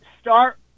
start